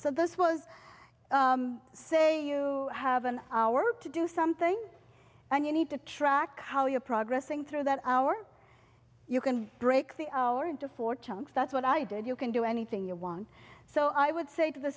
so this was say you have an hour to do something and you need to track how you progress in through that hour you can break the hour into four chunks that's what i did you can do anything you want so i would say to the